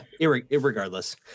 Irregardless